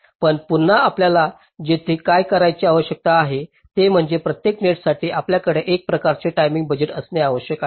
पण पुन्हा आपल्याला येथे काय करण्याची आवश्यकता आहे ते म्हणजे प्रत्येक नेटसाठी आपल्याकडे एक प्रकारचे टाइमिंग बजेट असणे आवश्यक आहे